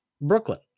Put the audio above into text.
Brooklyn